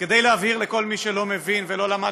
כדי להבהיר לכל מי שלא מבין ולא למד